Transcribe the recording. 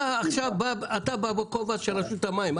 אתה בכובע של רשות המים.